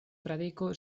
fradeko